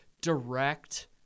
direct